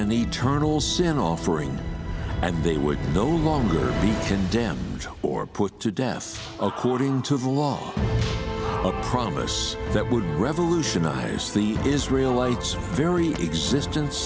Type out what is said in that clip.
in eternal sin offerings and they would no longer condemn or put to death according to the law a promise that would revolutionize the israel lights very existence